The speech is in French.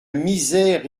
misère